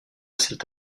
cet